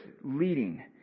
leading